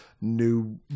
new